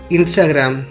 Instagram